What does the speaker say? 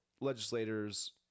legislators